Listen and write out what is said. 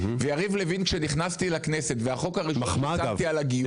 והחוק הראשון על הגיור.